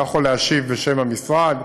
אני לא יכול להשיב בשם המשרד,